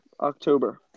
October